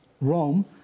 Rome